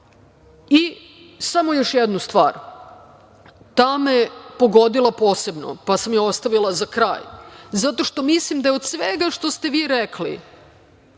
čisti. Samo još jednu stvar, ta me je pogodila posebno, pa sam je ostavila za kraj, zato što mislim da je od svega što ste vi rekli